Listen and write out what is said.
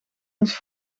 eens